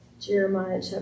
Jeremiah